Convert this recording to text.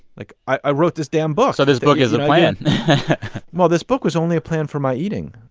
like, i wrote this damn book so this book is a plan well, this book was only a plan for my eating,